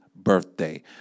Birthday